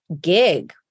gig